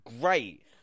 great